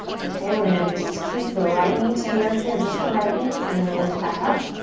okay, we're gonna just kiss the right knee to the earth here, just the right knee, and then lift it back up.